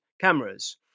cameras